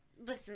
listen